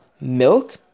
milk